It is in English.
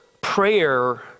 prayer